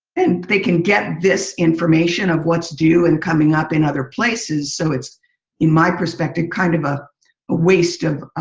and they can get this information of what's due and coming up in other places. so it's in my perspective kind of a ah waste of